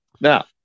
Now